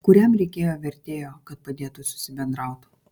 kuriam reikėjo vertėjo kad padėtų susibendraut